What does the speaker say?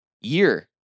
year